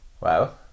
Wow